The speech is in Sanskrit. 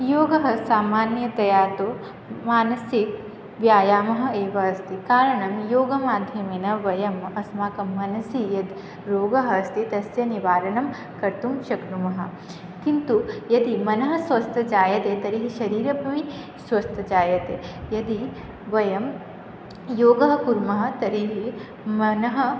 योगः सामान्यतया तु मानसिकव्यायामः एव अस्ति कारणं योगमाध्यमेन वयम् अस्माकं मनसि यः रोगः अस्ति तस्य निवारणं कर्तुं शक्नुमः किन्तु यदि मनः स्वस्थं जायते तर्हि शरीरम् अपि स्वस्थं जायते यदि वयं योगं कुर्मः तर्हि मनः